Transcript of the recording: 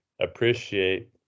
appreciate